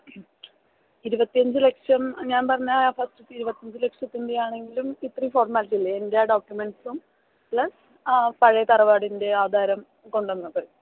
ഇരുപത്തി അഞ്ച് ലക്ഷം ഞാൻ പറഞ്ഞ ഫസ്റ്റത്തെ ഇരുപത്തി അഞ്ച് ലക്ഷത്തിൻ്റെ ആണെങ്കിലും ഇത്രയും ഫോർമാലിറ്റി അല്ലേ എൻ്റെ ആ ഡോക്യൂമെൻറ്റ്സും പ്ലസ് ആ പഴയെ തറവാടിൻ്റെ ആധാരം കൊണ്ടുവന്നാൽ പോരെ